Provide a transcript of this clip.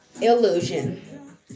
illusion